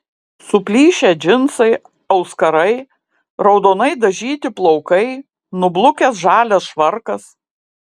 suplyšę džinsai auskarai raudonai dažyti plaukai nublukęs žalias švarkas